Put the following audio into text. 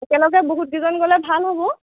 একেলগে বহুত কেইজন গ'লে ভাল হ'ব